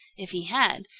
if he had,